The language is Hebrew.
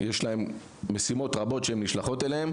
יש להם משימות רבות שהם נשלחים אליהן,